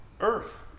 earth